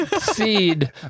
Seed